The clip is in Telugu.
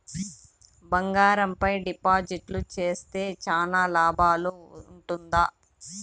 బంగారం పైన డిపాజిట్లు సేస్తే చానా లాభం ఉంటుందా?